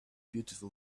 beautiful